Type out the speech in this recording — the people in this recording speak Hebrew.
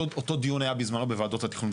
אותו דיון היה בזמנו בוועדות התכנון והבנייה.